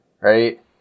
right